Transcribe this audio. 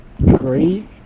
great